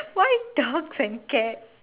why dogs and cats